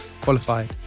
qualified